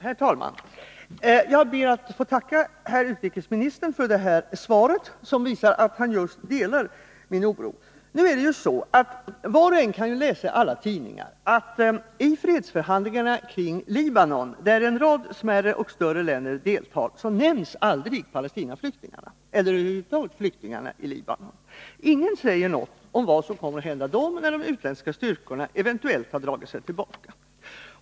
Herr talman! Jag ber att få tacka herr utrikesministern för detta svar, som visar att han delar min oro. Var och en kan läsa i alla tidningar att i förhandlingarna om fred i Libanon, i vilka en rad smärre och större länder deltar, nämns aldrig Palestinaflyktingarna, eller över huvud taget flyktingarna i Libanon. Ingen säger något om vad som kommer att hända dem när de utländska styrkorna eventuellt har dragit sig tillbaka.